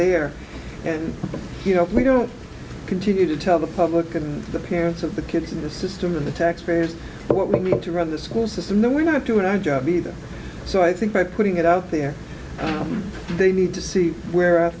there and you know we don't continue to tell the public of the parents of the kids in the system or the taxpayers but we need to run the school system now we're not doing our job either so i think by putting it out there they need to see where